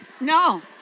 no